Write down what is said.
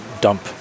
dump